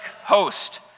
host